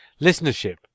Listenership